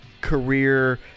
career